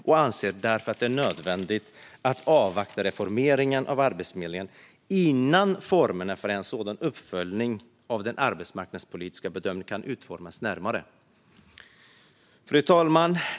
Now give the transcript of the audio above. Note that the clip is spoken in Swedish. Vi anser därför att det är nödvändigt att avvakta reformeringen av Arbetsförmedlingen innan formerna för en sådan uppföljning av den arbetsmarknadspolitiska bedömningen kan utformas närmare. Fru talman!